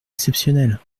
exceptionnel